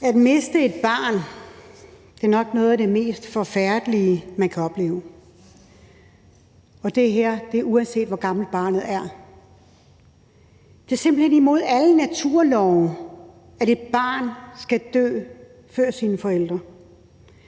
At miste et barn er nok noget af det mest forfærdelige, man kan opleve, og det er, uanset hvor gammelt barnet er. Det er simpelt hen imod alle naturlove, at et barn skal dø før sine forældre.